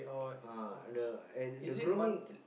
ah the and the grooming